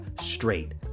straight